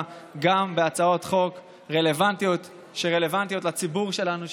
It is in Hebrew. גם בהצעות חוק שרלוונטיות לציבור שלנו,